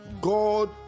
God